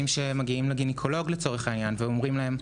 אנשים שמגיעים לגניקולוג ואומרים להם,